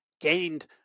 gained